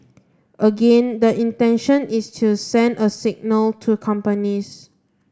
again the intention is to send a signal to companies